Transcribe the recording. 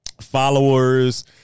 followers